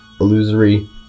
illusory